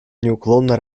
неуклонно